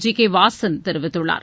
G K Vasan தெரிவித்துள்ளார்